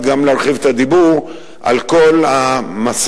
גם להרחיב את הדיבור על כל המשא-ומתן,